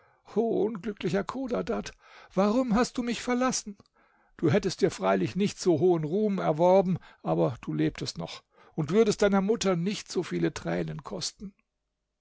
unglücklicher chodadad warum hast du mich verlassen du hättest dir freilich nicht so hohen ruhm erworben aber du lebtest noch und würdest deiner mutter nicht so viele tränen kosten